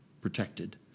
protected